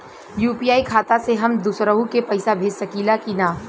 UPI खाता से हम दुसरहु के पैसा भेज सकीला की ना?